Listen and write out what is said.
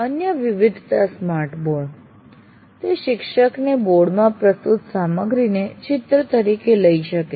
અન્ય વિવિધતા smart board તે શિક્ષકને બોર્ડ માં પ્રસ્તુત સામગ્રીને ચિત્ર તરીકે લઇ શકે છે